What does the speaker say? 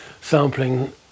sampling